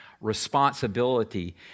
responsibility